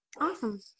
awesome